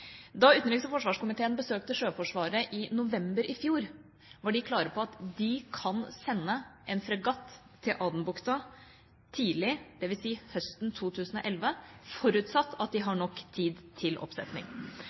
Da utenriks- og forsvarskomiteen besøkte Sjøforsvaret i november i fjor, var de klare på at de kan sende en fregatt til Adenbukta tidlig – dvs. høsten 2011 – forutsatt at de har nok tid til oppsetning.